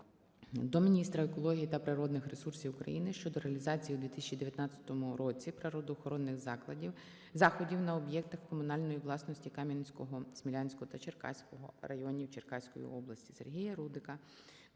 до міністра екології та природних ресурсів України щодо реалізації у 2019 році природоохоронних заходів на об'єктах комунальної власності Кам'янського, Смілянського та Черкаського районів Черкаської області. Сергія Рудика